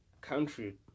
country